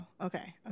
okay